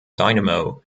dynamo